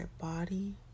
body